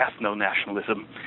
ethno-nationalism